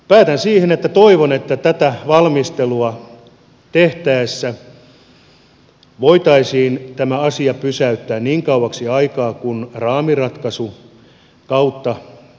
päätän siihen että toivon että tätä valmistelua tehtäessä voitaisiin tämä asia pysäyttää niin kauaksi aikaa kuin on raamiratkaisukautta